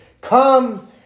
Come